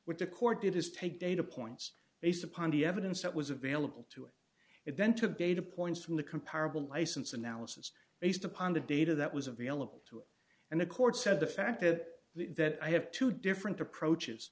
with the court did his take data points based upon the evidence that was available to an event of data points from the comparable license analysis based upon the data that was available to him and the court said the fact that the that i have two different approaches